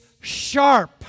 sharp